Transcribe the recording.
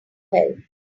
help